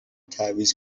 تعویض